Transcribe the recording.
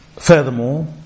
Furthermore